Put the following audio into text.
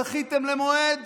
דחיתם למועד